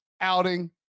outing